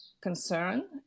concern